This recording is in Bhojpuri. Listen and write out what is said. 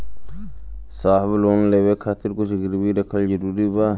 साहब लोन लेवे खातिर कुछ गिरवी रखल जरूरी बा?